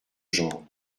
genre